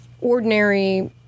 ordinary